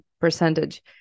percentage